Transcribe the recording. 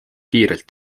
kiirelt